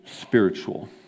spiritual